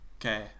okay